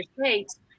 states